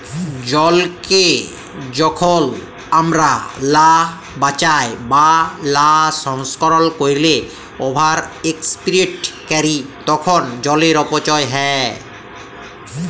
জলকে যখল আমরা লা বাঁচায় বা লা সংরক্ষল ক্যইরে ওভার এক্সপ্লইট ক্যরি তখল জলের অপচয় হ্যয়